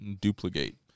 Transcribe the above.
duplicate